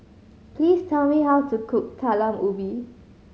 please tell me how to cook Talam Ubi